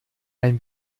ein